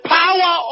power